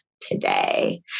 today